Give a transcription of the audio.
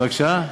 איציק,